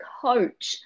coach